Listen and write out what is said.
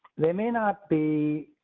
they may not be.